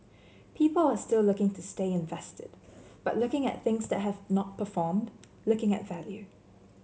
people are still looking to stay invested but looking at things that have not performed looking at value